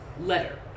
letter